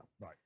Right